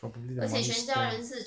probably the money spend